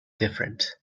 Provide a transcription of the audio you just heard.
different